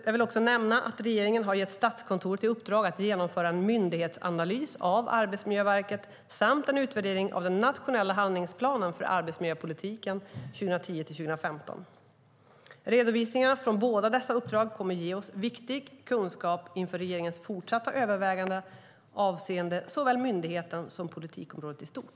Jag vill också nämna att regeringen har gett Statskontoret i uppdrag att genomföra en myndighetsanalys av Arbetsmiljöverket samt en utvärdering av den nationella handlingsplanen för arbetsmiljöpolitiken 2010-2015. Redovisningarna från båda dessa uppdrag kommer att ge oss viktig kunskap inför regeringens fortsatta överväganden avseende såväl myndigheten som politikområdet i stort.